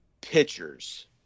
pitchers